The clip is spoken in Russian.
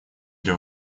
для